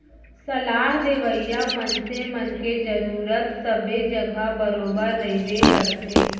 सलाह देवइया मनसे मन के जरुरत सबे जघा बरोबर रहिबे करथे